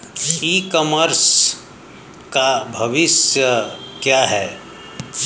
ई commerce का भविष्य क्या है?